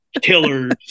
Killers